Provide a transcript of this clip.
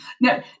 no